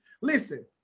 Listen